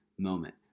moment